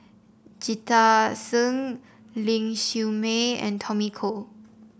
Jita Singh Ling Siew May and Tommy Koh